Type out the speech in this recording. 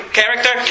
character